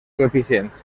coeficients